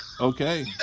Okay